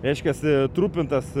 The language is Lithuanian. reiškiasi trupintas